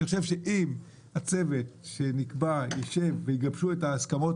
אני חושב שאם הצוות שנקבע ישב ויגבש את ההסכמות